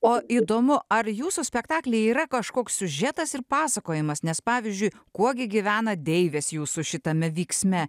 o įdomu ar jūsų spektaklyje yra kažkoks siužetas ir pasakojimas nes pavyzdžiui kuo gi gyvena deivės jūsų šitame vyksme